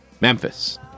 Memphis